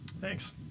Thanks